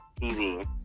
TV